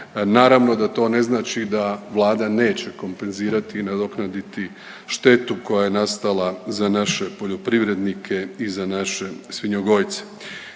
Naravno da to ne znači da Vlada neće kompenzirati i nadoknaditi štetu koja je nastala za naše poljoprivrednike i za naše svinjogojce.